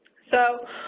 so,